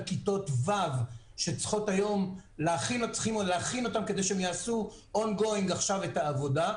כיתות ו' שצריכים היום להכין אותם כדי שהם יעשו ongoing את העבודה,